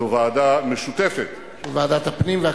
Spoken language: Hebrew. זו ועדה משותפת, של ועדת הפנים והכלכלה.